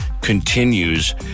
continues